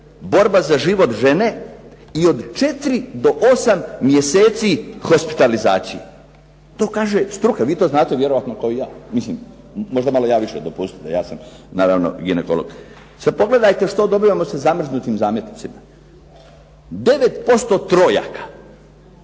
Borba za život žene i od 4 do 8 mjeseci hospitalizacije. To kaže struka, vi to znate vjerojatno kao i ja. Mislim možda malo ja više, dopustite ja sam naravno ginekolog. Sad pogledajte što dobivamo sa zamrznutim zametcima. 9% trojaka,